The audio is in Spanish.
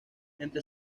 entre